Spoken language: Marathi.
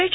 एच